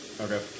Okay